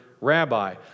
rabbi